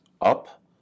up